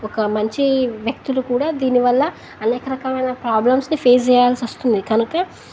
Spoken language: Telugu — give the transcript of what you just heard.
ఒక మంచి వ్యక్తులు కూడా దీనివల్ల అనేక రకమైన ప్రాబ్లమ్స్ని ఫేస్ చేయాల్సి వస్తుంది కనక